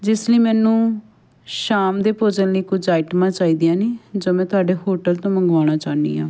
ਜਿਸ ਲਈ ਮੈਨੂੰ ਸ਼ਾਮ ਦੇ ਭੋਜਨ ਲਈ ਕੁਝ ਆਈਟਮਾਂ ਚਾਹੀਦੀਆਂ ਨੇ ਜੋ ਮੈਂ ਤੁਹਾਡੇ ਹੋਟਲ ਤੋਂ ਮੰਗਵਾਉਣਾ ਚਾਹੁੰਦੀ ਹਾਂ